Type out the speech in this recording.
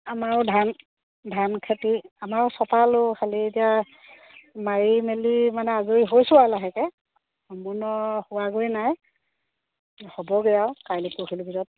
আমাৰো ধান ধান খেতি আমাৰো চপালোঁ খালী এতিয়া মাৰি মেলি মানে আজৰি হৈছোঁ আৰু লাহেকৈ সম্পূৰ্ণ হোৱাগৈ নাই হ'বগৈ আৰু কাইলৈ পৰহিলৈ ভিতৰত